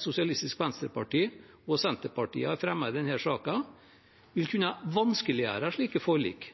Sosialistisk Venstreparti og Senterpartiet har fremmet i denne saken, vil kunne vanskeliggjøre slike forlik.